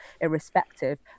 irrespective